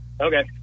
okay